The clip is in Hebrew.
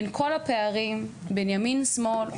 בין כל הפערים בין ימין ושמאל,